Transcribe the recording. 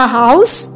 house